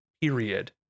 period